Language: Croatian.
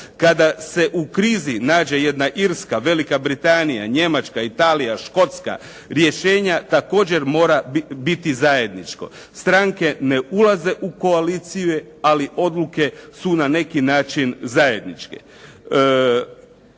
Kada se u krizi nađe jedna Irska, Velika Britanija, Njemačka, Italija, Škotska, rješenje također mora biti zajedničko. Stranke ne ulaze u koalicije, ali odluke su na neki način zajedničke.